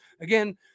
Again